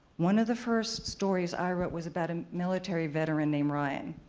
one of the first stories i wrote was about a military veteran named ryan.